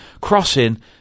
crossing